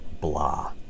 blah